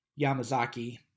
Yamazaki